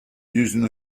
using